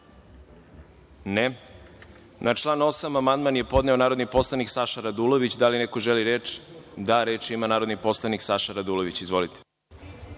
(Ne.)Na član 8. amandman je podneo narodni poslanik Saša Radulović. Da li neko želi reč? (Da.)Reč ima narodni poslanik Saša Radulović. Izvolite.